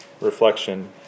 reflection